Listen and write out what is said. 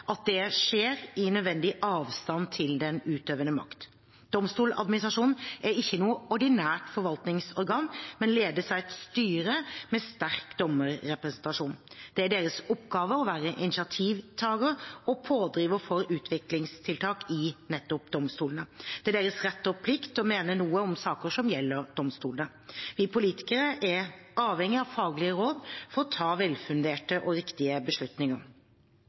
skjer i nødvendig avstand til den utøvende makt. Domstoladministrasjonen er ikke noe ordinært forvaltningsorgan, men ledes av et styre med sterk dommerrepresentasjon. Det er deres oppgave å være initiativtager og pådriver for utviklingstiltak i nettopp domstolene. Det er deres rett og plikt å mene noe om saker som gjelder domstolene. Vi politikere er avhengige av faglige råd for å ta velfunderte og riktige beslutninger.